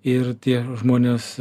ir tie žmonės